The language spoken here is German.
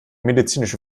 medizinische